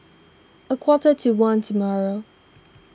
a quarter to one tomorrow